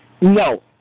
No